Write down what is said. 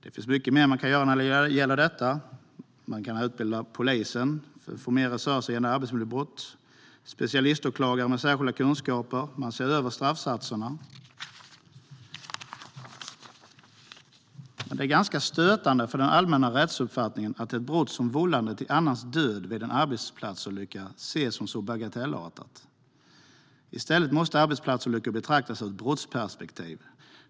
Det finns mycket mer man kan göra när det gäller detta. Man kan utbilda polisen för att få mer resurser för arbetsmiljöbrott. Man kan tillsätta specialiståklagare med särskilda kunskaper. Man kan se över straffsatserna. Det är ganska stötande för den allmänna rättsuppfattningen att ett brott som vållande till annans död vid en arbetsplatsolycka ses som så bagatellartat. Arbetsplatsolyckor måste betraktas ur ett brottsperspektiv.